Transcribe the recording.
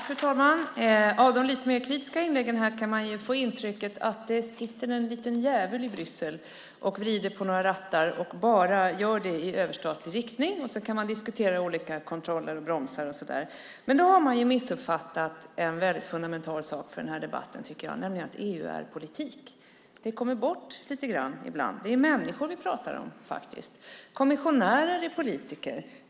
Fru talman! Av de lite mer kritiska inläggen kan man få intrycket att det sitter en liten djävul i Bryssel och vrider på några rattar i överstatlig riktning. Sedan kan vi diskutera kontroller och bromsar. Men då har man missuppfattat en fundamental sak i denna debatt, nämligen att EU är politik. Det kommer bort ibland. Vi pratar faktiskt om människor. Kommissionärer är politiker.